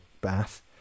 bath